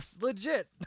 Legit